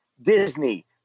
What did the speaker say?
Disney